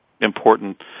important